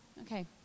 Okay